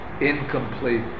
incomplete